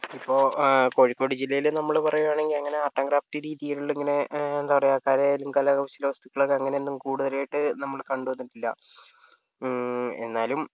ഇപ്പോൾ കോഴിക്കോട് ജില്ലയിൽ നമ്മൾ പറയുകയാണെങ്കിൽ അങ്ങനെ ആർട് ഏൻ്റ് ക്രാഫ്റ്റ് രീതിയിലുള്ള ഇങ്ങനെ എന്താപറയുക കലയിലും കരകൗശല വസ്തുക്കൾ അങ്ങനെ ഒന്നും കൂടുതലായിട്ട് നമ്മൾ കണ്ടുവന്നിട്ടില്ല എന്നാലും